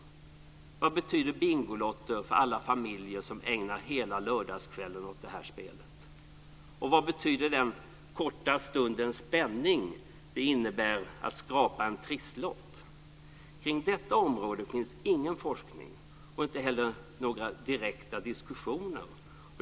Vad betyder Bingolotto för alla familjer som ägnar hela lördagskvällen åt det här spelet? Vad betyder den korta stundens spänning det innebär att skrapa en trisslott? På detta område förekommer det ingen forskning och inte heller några direkta diskussioner.